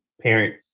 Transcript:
parent